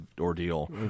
ordeal